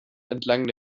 entlang